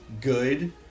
good